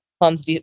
Plum's